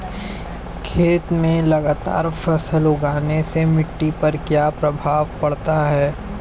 खेत में लगातार फसल उगाने से मिट्टी पर क्या प्रभाव पड़ता है?